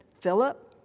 Philip